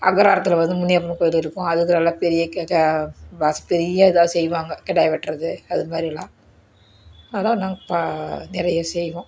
அக்ரகாரத்தில் வந்து முனியப்பன் கோயில் இருக்கும் அது வந்து நல்லா பெரிய கேக்கா வாசி பெரிய இதாக செய்வாங்க கெடா வெட்டுறது அதுமாதிரிலாம் அதுதான் நாங்கள் பா நிறைய செய்வோம்